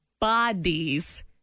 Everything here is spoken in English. bodies